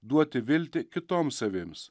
duoti viltį kitoms avims